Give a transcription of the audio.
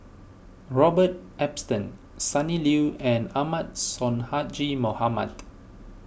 Robert Ibbetson Sonny Liew and Ahmad Sonhadji Mohamad